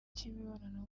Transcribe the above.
cy’imibonano